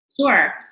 Sure